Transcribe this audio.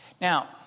Now